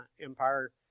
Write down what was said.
Empire